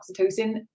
oxytocin